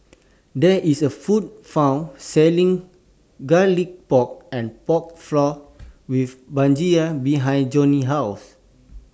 There IS A Food Court Selling Garlic Pork and Pork Floss with Brinjal behind Johny's House